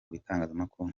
bitangazamakuru